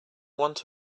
want